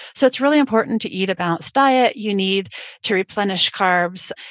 so it's really important to eat a balanced diet. you need to replenish carbs.